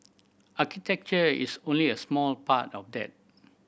architecture is only a small part of that